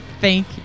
Thank